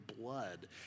blood